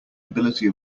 ability